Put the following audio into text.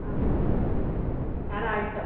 ആ car Alto